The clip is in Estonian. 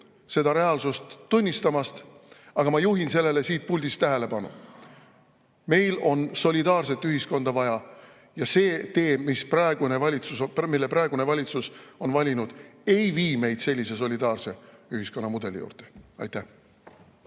seda reaalsust tunnistamast, aga ma juhin sellele siit puldist tähelepanu. Meil on solidaarset ühiskonda vaja ja see tee, mille praegune valitsus on valinud, ei vii meid solidaarse ühiskonnamudeli juurde. Aitäh!